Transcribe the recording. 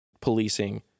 policing